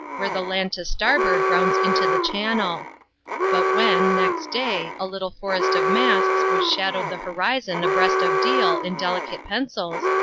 where the land to starboard rounds into the channel but when, next day, a little forest of masts which shadowed the horizon abreast of deal in delicate pencils,